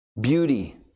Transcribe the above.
Beauty